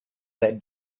that